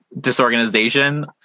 disorganization